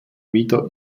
wieder